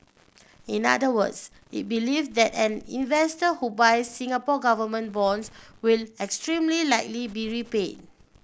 in other words it believe that an investor who buys Singapore Government bonds will extremely likely be repaid